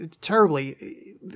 terribly